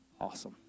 Awesome